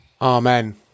Amen